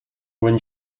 when